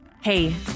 Hey